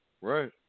Right